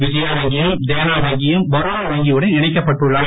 விஜயா வங்கியும் தேனா வங்கியும் பரோடா வங்கியுடன் இணைக்கப்பட்டுள்ளன